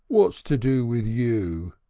what's to do with you?